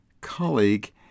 colleague